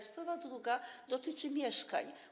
Sprawa druga dotyczy mieszkań.